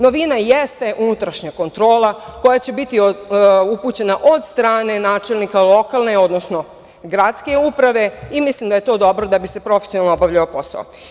Novina jeste unutrašnja kontrola koja će biti upućena od strane načelnika lokalne, odnosno gradske uprave i mislim da je to dobro da bi se profesionalno obavljao posao.